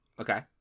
Okay